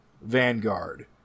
Vanguard